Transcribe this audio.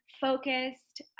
Focused